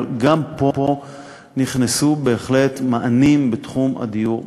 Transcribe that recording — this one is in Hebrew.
אבל גם פה נכנסו בהחלט מענים בתחום הדיור בר-ההשגה.